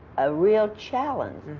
a real challenge,